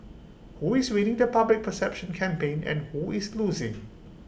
who is winning the public perception campaign and who is losing